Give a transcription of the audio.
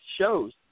shows